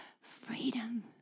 freedom